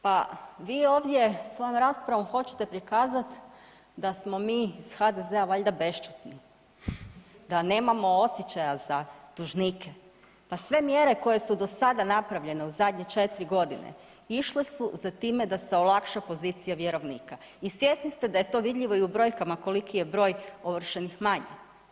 Pa vi ovdje svojom raspravom hoćete prikazat da smo mi iz HDZ-a valjda bešćutni, da nemamo osjećaja za dužnike, pa sve mjere koje su do sada napravljene u zadnje četiri godine išle su za time da se olakša pozicija vjerovnika i svjesni ste da je to vidljivo u brojkama koliki je broj ovršenih manje.